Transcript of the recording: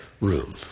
room